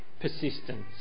persistence